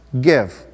give